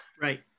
right